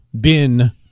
bin